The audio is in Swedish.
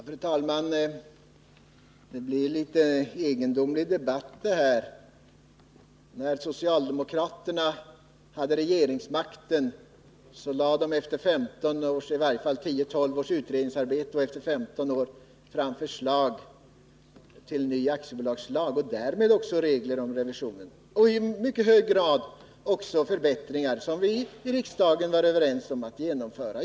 Fru talman! Det här blir en litet egendomlig debatt. När socialdemokraterna hade regeringsmakten lade de efter 10-15 års utredningsarbete fram förslag till ny aktiebolagslag och därmed också regler för revisionen. Det innebar också i hög grad förbättringar, som vi i riksdagen var överens om att genomföra.